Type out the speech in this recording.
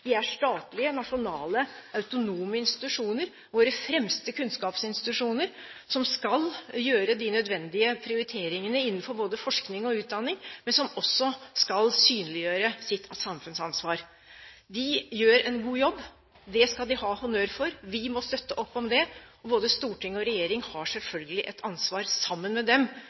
De er statlige, nasjonale, autonome institusjoner – våre fremste kunnskapsinstitusjoner – som skal gjøre de nødvendige prioriteringene innenfor både forskning og utdanning, men som også skal synliggjøre sitt samfunnsansvar. De gjør en god jobb, det skal de ha honnør for. Vi må støtte opp om dette. Både storting og regjering har selvfølgelig – sammen med dem